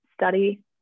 study